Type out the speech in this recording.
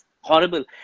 horrible